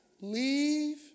Leave